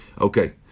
Okay